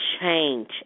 Change